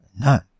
none